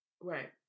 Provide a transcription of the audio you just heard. Right